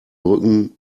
brücken